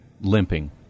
limping